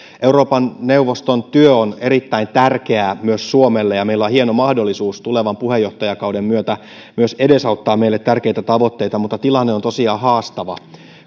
euroopan neuvoston työ on erittäin tärkeää myös suomelle ja meillä on hieno mahdollisuus tulevan puheenjohtajakauden myötä edesauttaa myös meille tärkeitä tavoitteita mutta tilanne on tosiaan haastava